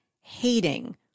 hating